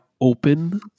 open